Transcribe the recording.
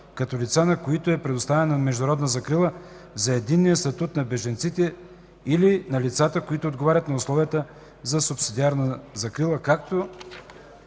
като лица, на които е предоставена международна закрила, за единния статут на бежанците или на лицата, които отговарят на условията за субсидиарна закрила,